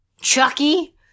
Chucky